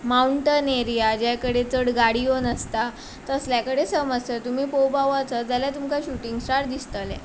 mountain area ज्या कडेन चड गाड्यो नासता तसल्या कडेन समज जर तुमी पोवपाक वचत जाल्यार तुमकां शूटिंग स्टार दिसतलें